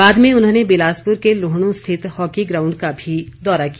बाद में उन्होंने बिलासपुर के लुहणू स्थित हॉकी ग्राउंड का भी दौरा किया